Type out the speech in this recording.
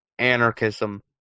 anarchism